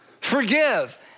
forgive